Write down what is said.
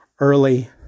early